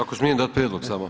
Ako smijem dat prijedlog samo.